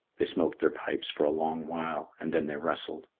they smoked their pipes for a long while, and then they wrestled.